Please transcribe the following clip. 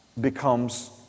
becomes